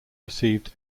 received